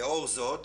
לאור זאת